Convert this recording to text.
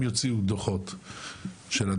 אם יוציאו דוחות של אדום,